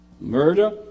Murder